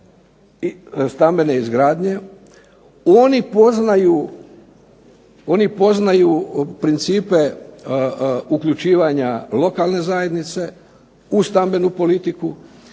stambene izgradnje, oni poznaju principe uključivanja lokalne zajednice u stambenu politiku,